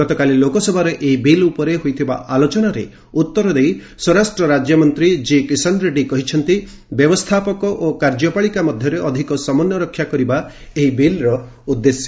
ଗତକାଲି ଲୋକସଭାରେ ଏହି ବିଲ୍ ଉପରେ ହୋଇଥିବା ଆଲୋଚନାରେ ଉତ୍ତର ଦେଇ ସ୍ୱରାଷ୍ଟ୍ର ରାଜ୍ୟମନ୍ତ୍ରୀ ଜିକିଷନରେଡ୍ରୀ କହିଛନ୍ତି ବ୍ୟବସ୍ଥାପକ ଓ କାର୍ଯ୍ୟପାଳିକା ମଧ୍ୟରେ ଅଧିକ ସମନ୍ଧୟ ରକ୍ଷା କରିବା ଏହି ବିଲ୍ର ଉଦ୍ଦେଶ୍ୟ